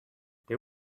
they